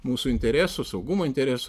mūsų interesų saugumo interesų